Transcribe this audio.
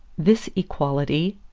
this equality,